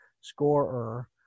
scorer